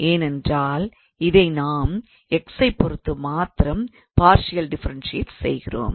ஏனென்றால் இதை நாம் x ஐ பொறுத்து மாத்திரம் பார்ஷியல்லாக டிஃபரன்ஷியேட் செய்கிறோம்